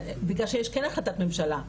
בגלל שיש כן החלטת ממשלה.